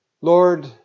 Lord